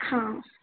हाँ